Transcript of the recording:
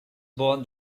born